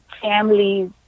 families